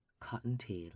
Cottontail